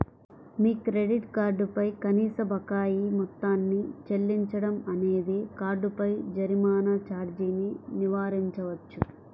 మీ credit card పై కనీస బకాయి మొత్తాన్ని చెల్లించడం అనేది కార్డుపై జరిమానా ఛార్జీని నివారించవచ్చు